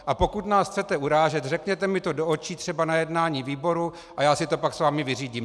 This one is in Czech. A pokud nás chcete urážet, řekněte mi to do očí třeba na jednání výboru a já si to pak s vámi vyřídím!